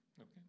Okay